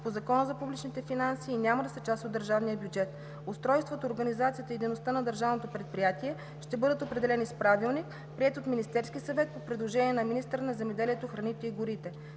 по Закона за публичните финанси и няма да са част от държавния бюджет. Устройството, организацията и дейността на държавното предприятие ще бъдат определени с правилник, приет от Министерския съвет по предложение на министъра на земеделието, храните и горите.